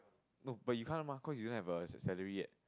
no but you can't mah cause you don't have a a salary yet